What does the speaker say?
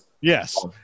yes